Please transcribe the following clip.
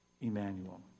Emmanuel